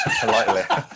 Politely